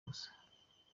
gusa